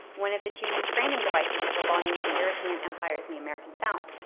one of the two framing devices of a volume on european empires in the american south,